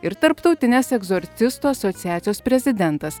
ir tarptautinės egzorcistų asociacijos prezidentas